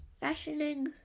fashioning